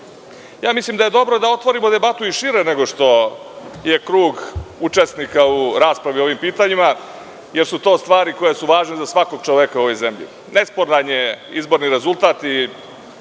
takođe. Mislim da je dobro da otvorimo debatu i šire nego što je krug učesnika u raspravi po ovim pitanjima, jer su to stvari koje su važne za svakog čoveka u ovoj zemlji. Nesporan je izborni rezultat.